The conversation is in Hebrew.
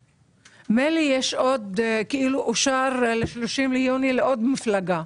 מילא, יש עוד, כאילו אושר ל-30 ביוני לעוד מפלגה.